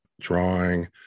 drawing